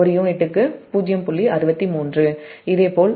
எனவேIa j ஒரு யூனிட்டுக்கு 0